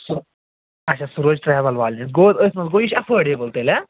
اَچھا سُہ روزِ ٹرٮ۪وٕل والین ہٕنٛز گوٚو حظ أتھۍ منٛز گوٚو یہِ چھِ اٮ۪فوڈیٚبٕل تیٚلہِ ہاں